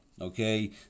okay